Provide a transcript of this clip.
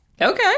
Okay